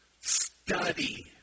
Study